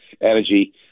energy